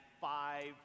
five